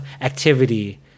activity